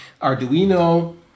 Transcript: Arduino